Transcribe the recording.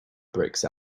bricks